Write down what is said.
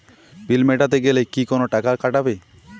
বিল মেটাতে গেলে কি কোনো টাকা কাটাবে?